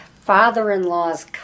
father-in-law's